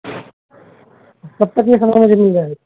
کب تک یہ مجھے مل جائے گی